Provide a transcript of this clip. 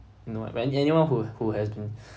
you know when anyone who who has been